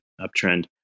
uptrend